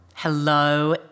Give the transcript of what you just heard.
Hello